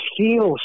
feels